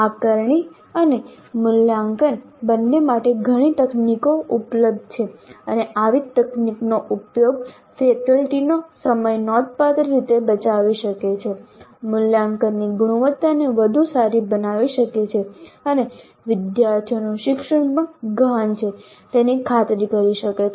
આકારણી અને મૂલ્યાંકન બંને માટે ઘણી તકનીકીઓ ઉપલબ્ધ છે અને આવી તકનીકોનો યોગ્ય ઉપયોગ ફેકલ્ટીનો સમય નોંધપાત્ર રીતે બચાવી શકે છે મૂલ્યાંકનની ગુણવત્તાને વધુ સારી બનાવી શકે છે અને વિદ્યાર્થીઓનું શિક્ષણ પણ ગહન છે તેની ખાતરી કરી શકે છે